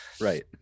Right